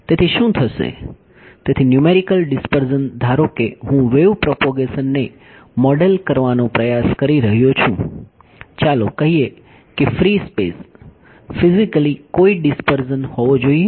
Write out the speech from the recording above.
તેથી શું થશે તેથી ન્યૂમેરિકલ ડિસપર્ઝન ધારો કે હું વેવ પ્રોપોગેશન ને મોડલ કરવાનો પ્રયાસ કરી રહ્યો છું ચાલો કહીએ કે ફ્રી સ્પેસ ફિઝિકલી કોઈ ડિસપર્ઝન હોવો જોઈએ